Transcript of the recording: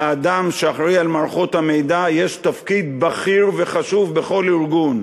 לאדם שאחראי למערכות המידע יש תפקיד בכיר וחשוב בכל ארגון.